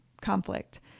conflict